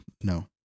no